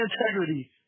integrity